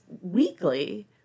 weekly